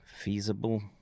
Feasible